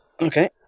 Okay